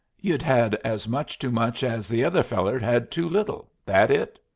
you'd had as much too much as the other feller'd had too little that it?